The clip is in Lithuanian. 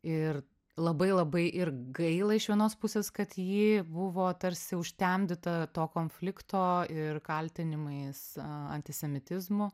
ir labai labai ir gaila iš vienos pusės kad ji buvo tarsi užtemdyta to konflikto ir kaltinimais antisemitizmu